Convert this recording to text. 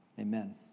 Amen